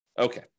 Okay